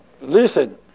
Listen